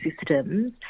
systems